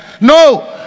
no